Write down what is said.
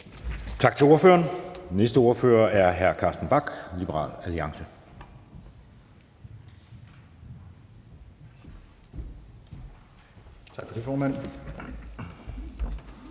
Tak til ordføreren. Næste ordfører er hr. Carsten Bach, Liberal Alliance.